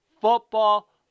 Football